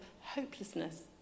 hopelessness